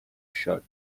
shut